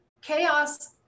chaos